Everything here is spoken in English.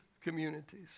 communities